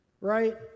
right